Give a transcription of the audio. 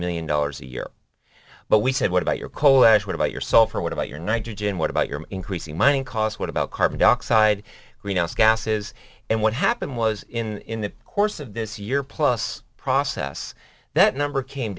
million dollars a year but we said what about your coal ash what about yourself or what about your nitrogen what about your increasing mining cost what about carbon dioxide greenhouse gases and what happened was in the course of this year plus process that number came